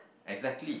exactly